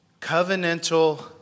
covenantal